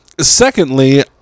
secondly